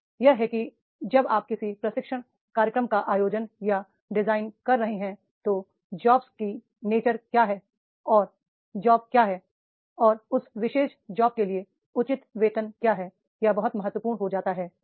वह यह है कि जब आप किसी प्रशिक्षण कार्यक्रम का आयोजन या डिजाइन कर रहे हैं तो जॉब्स की नेचर क्या है और जॉब क्या है और उस विशेष जॉब के लिए उचित वेतन क्या है यह बहुत महत्वपूर्ण हो जाता है